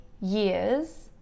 years